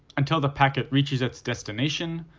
until the packet reaches its destination,